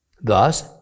Thus